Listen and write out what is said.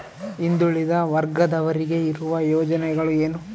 ಹಿಂದುಳಿದ ವರ್ಗದವರಿಗೆ ಇರುವ ಯೋಜನೆಗಳು ಏನು?